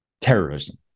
terrorism